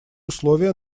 условия